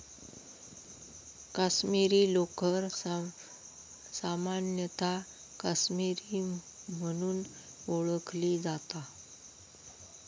काश्मीरी लोकर सामान्यतः काश्मीरी म्हणून ओळखली जाता